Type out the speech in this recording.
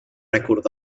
rècord